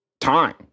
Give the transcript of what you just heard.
time